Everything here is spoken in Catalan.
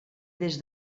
des